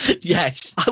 Yes